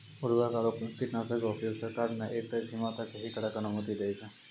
उर्वरक आरो कीटनाशक के उपयोग सरकार न एक तय सीमा तक हीं करै के अनुमति दै छै